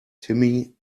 timmy